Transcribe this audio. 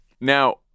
Now